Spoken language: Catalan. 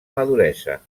maduresa